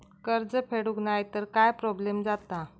कर्ज फेडूक नाय तर काय प्रोब्लेम जाता?